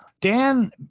Dan